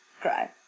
cry